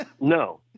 No